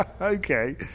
Okay